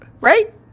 Right